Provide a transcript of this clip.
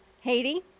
Haiti